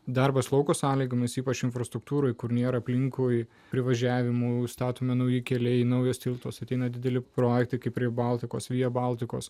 darbas lauko sąlygomis ypač infrastruktūroje kur nėra aplinkui privažiavimų statomi nauji keliai naujo tilto sutino dideli projektai kaip pri baltikos via baltikos